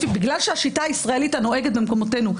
בגלל שהשיטה הישראלית הנוהגת במקומותינו,